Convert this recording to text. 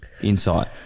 insight